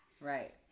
Right